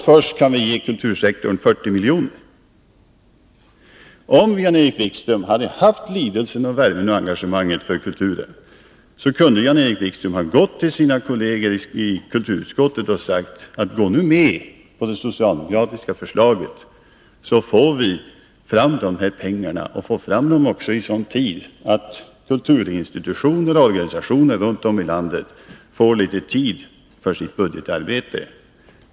Först då kan vi ge kultursektorn 40 milj.kr. Om det hos Jan-Erik Wikström hade funnits lidelse, värme och engagemang för kulturen, kunde han ha sagt till sina kolleger i kulturutskottet: Gå nu med på det socialdemokratiska förslaget, så vi får fram pengarna och i så god tid att kulturinstitutioner och organisationer runt om i landet får litet tid för sitt budgetarbete!